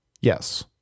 yes